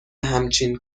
همچین